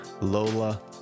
Lola